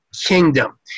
kingdom